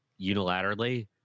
unilaterally